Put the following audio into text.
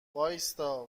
وایستا